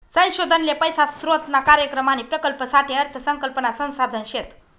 संशोधन ले पैसा स्रोतना कार्यक्रम आणि प्रकल्पसाठे अर्थ संकल्पना संसाधन शेत